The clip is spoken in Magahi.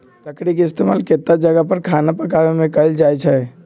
लकरी के इस्तेमाल केतता जगह पर खाना पकावे मे कएल जाई छई